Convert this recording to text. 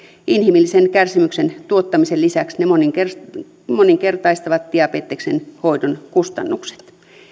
inhimillisen kärsimyksen tuottamisen lisäksi ne moninkertaistavat diabeteksen hoidon kustannukset